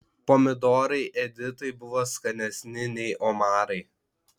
pomidorai editai buvo skanesni nei omarai